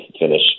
finish